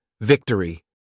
Victory